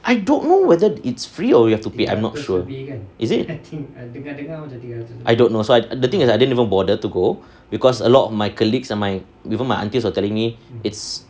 I don't know whether it's free or you have to pay I'm not sure is it I don't know so I the thing is I didn't even bother to go because a lot of my colleagues and my even my aunties are telling me it's